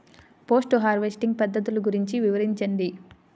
Post harvesting పద్ధతులు గురించి వివరించండి?